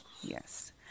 Yes